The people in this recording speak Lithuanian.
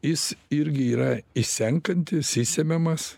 jis irgi yra išsenkantis išsemiamas